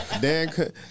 Dan